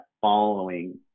following